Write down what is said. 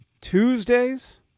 Tuesdays